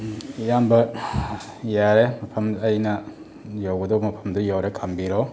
ꯑꯌꯥꯝꯕ ꯌꯥꯔꯦ ꯃꯐꯝ ꯑꯩꯅ ꯌꯧꯒꯗꯕ ꯃꯐꯝꯗ ꯌꯧꯔꯦ ꯈꯥꯝꯕꯤꯔꯣ